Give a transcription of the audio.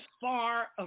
Far